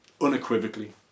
unequivocally